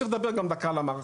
צריך לדבר על המערכות.